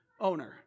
owner